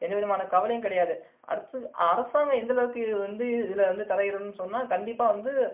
எந்த விதமான கவலையும் கிடையாது அடுத்தது அரசாங்கம் எந்தளவுக்கு வந்து இதில் வந்து தலையிடணும்னு சொன்னால் கண்டிப்பாக வந்து